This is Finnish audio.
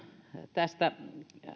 tästä